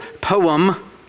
poem